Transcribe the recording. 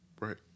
right